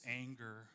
anger